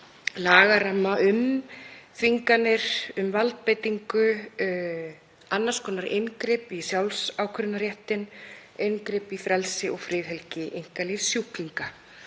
lagaramma um þvinganir, um valdbeitingu, annars konar inngrip í sjálfsákvörðunarréttinn, inngrip í frelsi og friðhelgi einkalífs sjúklinga.